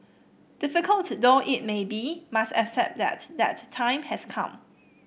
difficult though it may be must accept that that time has come